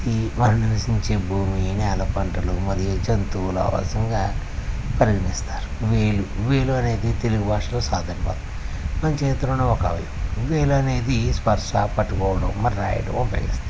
ఇది మనం నివసించే భూమి నేల పంటలు మరియు జంతువులు ఆవాసంగా పరిగణిస్తారు వేలు వేలు అనేది తెలుగు భాషలో సాధారణమైన పదం మన చేతిలోని ఒక అవయం వేలు అనేది స్పర్శ పట్టుకోవడం మరి రాయడానికి ఉపయోగిస్తారు